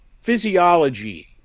physiology